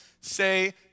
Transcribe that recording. say